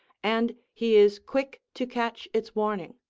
and he is quick to catch its warning.